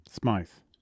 smith